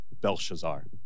Belshazzar